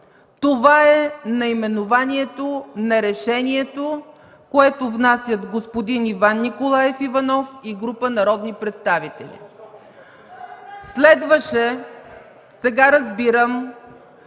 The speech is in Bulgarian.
Това е наименованието на решението, което внасят господин Иван Николаев Иванов и група народни представители. (Шум и реплики